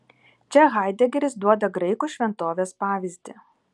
čia haidegeris duoda graikų šventovės pavyzdį